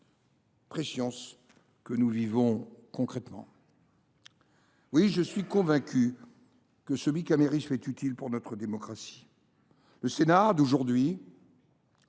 prescience que nous vivons concrètement. Oui, je suis convaincu que le bicamérisme est utile pour notre démocratie. Le Sénat d’aujourd’hui,